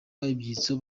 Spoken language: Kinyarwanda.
ibyitso